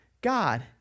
God